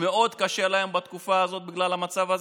שמאוד קשה להם בתקופה הזאת בגלל המצב הזה,